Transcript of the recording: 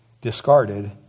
discarded